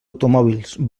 automòbils